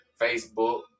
facebook